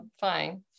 Fine